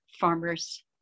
farmers